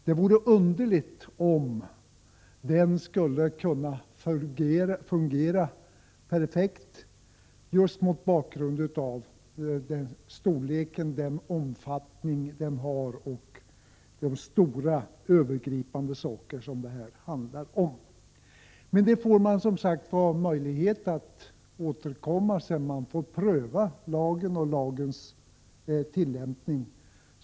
Det vore underligt om lagen skulle kunna fungera perfekt just med tanke på dess storlek och omfattning och de stora, övergripande frågor den behandlar. Vi får som sagt möjlighet att återkomma sedan man prövat lagen och dess tillämpning.